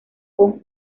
con